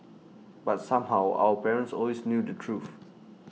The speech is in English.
but somehow our parents always knew the truth